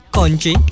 Country